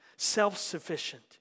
Self-sufficient